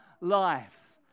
lives